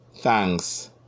thanks